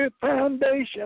foundation